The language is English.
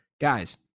guys